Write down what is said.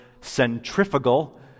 centrifugal